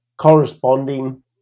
corresponding